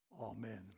amen